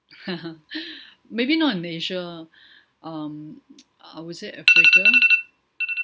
maybe not in asia um I would say africa